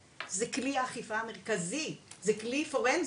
זה כלי אכיפה מרכזי, זה כלי פורנזי.